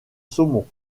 saumon